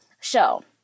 show